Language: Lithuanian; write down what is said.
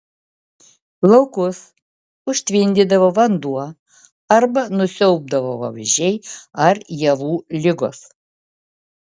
laukus užtvindydavo vanduo arba nusiaubdavo vabzdžiai ar javų ligos